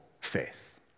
faith